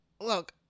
look